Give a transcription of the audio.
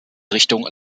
richtung